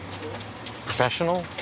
professional